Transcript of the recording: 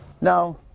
No